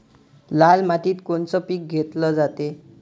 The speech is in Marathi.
लाल मातीत कोनचं पीक घेतलं जाते?